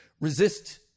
resist